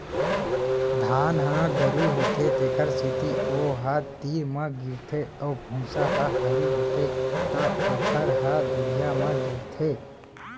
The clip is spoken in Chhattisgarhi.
धान ह गरू होथे तेखर सेती ओ ह तीर म गिरथे अउ भूसा ह हरू होथे त ओ ह दुरिहा म गिरथे